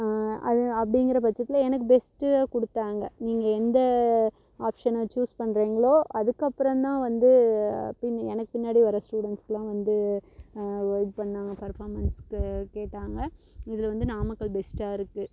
அது அப்படிங்கிற பட்சத்தில் எனக்கு பெஸ்ட்டு கொடுத்தாங்க நீங்கள் எந்த ஆப்ஷனை சூஸ் பண்ணுறிங்களோ அதுக்கப்புறம்தான் வந்து பின்ன எனக்கு பின்னாடி வர ஸ்டூடண்ட்ஸுக்கு எல்லாம் வந்து வெய்ட் பண்ணாங்க பர்ஃபார்மென்ஸுக்கு கேட்டாங்க இதில் வந்து நாமக்கல் பெஸ்ட்டாக இருக்கு